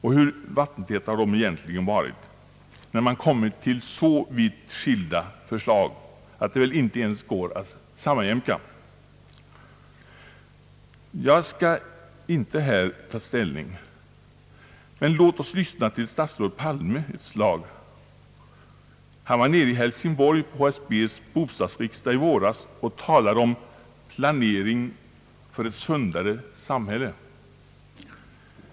Hur vattentäta har de egentligen varit, när man kommit till så vitt skilda förslag att de väl inte ens går att sammanjämka? Jag skall inte här ta ställning. Låt oss dock lyssna till statsrådet Palme ett slag. Han var nere i Hälsingborg på HSB:s bostadsriksdag i våras och talade om »Planering för ett sundare samhälle».